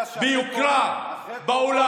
ב-2009 היינו בממוצע של ה-OECD מבחינת יוקר המחיה.